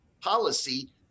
policy